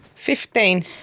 Fifteen